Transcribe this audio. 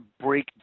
break